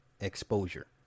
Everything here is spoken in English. exposure